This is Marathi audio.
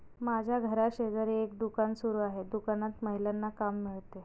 माझ्या घराशेजारी एक दुकान सुरू आहे दुकानात महिलांना काम मिळते